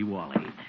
Wally